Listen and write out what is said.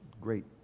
great